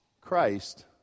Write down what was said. Christ